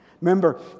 Remember